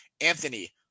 Anthony